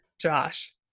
Josh